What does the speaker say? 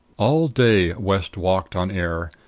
all day west walked on air,